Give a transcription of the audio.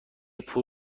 پول